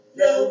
no